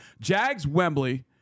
Jags-Wembley